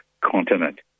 continent